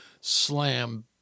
slam